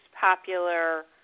popular